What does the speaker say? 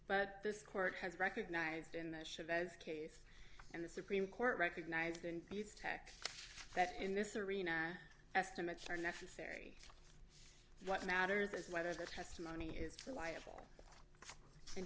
but this court has recognized in the chavez case and the supreme court recognized includes tack that in this arena estimates are necessary what matters is whether the testimony is reliable and